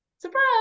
surprise